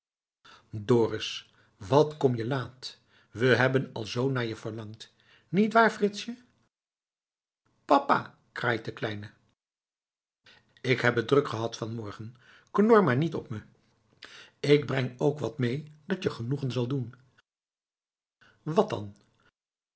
dorus wat kom je laat we hebben al zoo naar je verlangd niet waar fritsje papa kraait de kleine k heb het druk gehad van morgen knor maar niet op me ik breng ook wat mee dat je genoegen zal doen wat dan